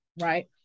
right